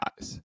eyes